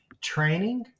training